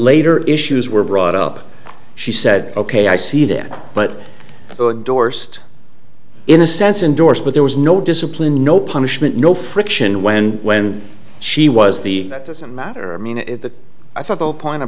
later issues were brought up she said ok i see that but dorst in a sense indoors but there was no discipline no punishment no friction when when she was the that doesn't matter i mean if the i thought the whole point